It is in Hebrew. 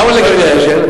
כמה עולה גביע אשל?